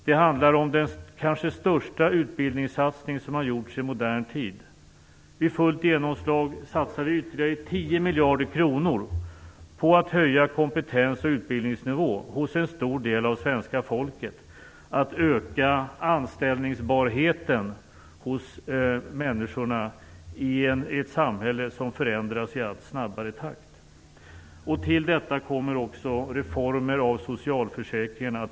Det handlar om den kanske största utbildningssatsning som har gjorts i modern tid. Vid fullt genomslag satsar vi ytterligare 10 miljarder kronor på att höja kompetens och utbildningsnivå hos en stor del av svenska folket och ökar anställningsbarheten hos människorna i ett samhälle som förändras i allt snabbare takt. Till detta kommer också reformer av socialförsäkringen.